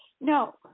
No